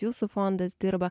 jūsų fondas dirba